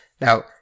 Now